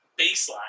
baseline